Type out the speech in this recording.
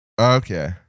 Okay